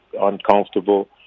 uncomfortable